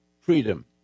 freedom